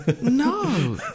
No